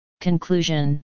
Conclusion